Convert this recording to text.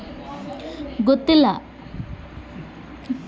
ಝೈಧ್ ಋತುವಿನಲ್ಲಿ ಸಾಮಾನ್ಯವಾಗಿ ಬೆಳೆಯುವ ಹಣ್ಣುಗಳು ಯಾವುವು?